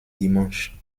dimanche